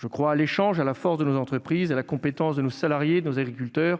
Je crois à l'échange, à la force de nos entreprises, à la compétence de nos salariés et de nos agriculteurs